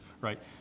right